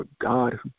God